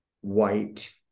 white